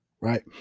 Right